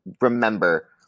remember